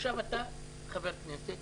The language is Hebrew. עכשיו אתה חבר כנסת,